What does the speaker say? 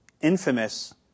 infamous